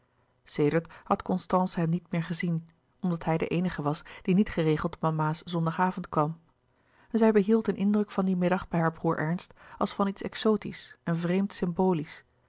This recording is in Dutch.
sedert had constance hem niet meer gezien omdat hij de eenige was die niet geregeld op mama's zondag avond kwam en zij behield een indruk van dien middag bij haar broêr ernst als van iets exotisch en vreemd symbolisch